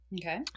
Okay